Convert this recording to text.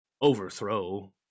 overthrow